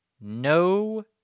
no